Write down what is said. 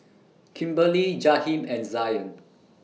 Kimberly Jaheem and Zion